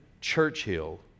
Churchill